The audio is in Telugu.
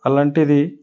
అలాంటిది